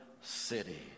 city